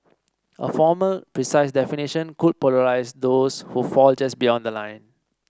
a formal precise definition could polarise those who fall just beyond the line